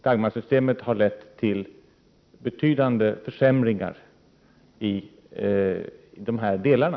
Dagmarsystemet har lett till betydande försämringar i de här delarna.